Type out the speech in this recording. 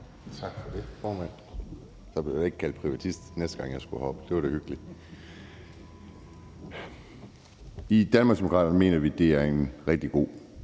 det, formand. Så blev jeg ikke kaldt privatist, den her gang jeg skulle herop på talerstolen. Det var da hyggeligt. I Danmarksdemokraterne mener vi, at det er et rigtig godt